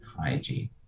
hygiene